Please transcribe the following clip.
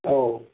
औ